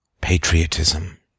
patriotism